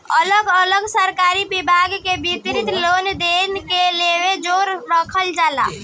अलग अलग सरकारी विभाग में वित्तीय लेन देन के लेखा जोखा रखल जाला